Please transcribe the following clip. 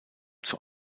zur